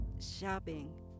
shopping